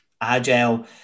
agile